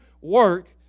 work